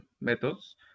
methods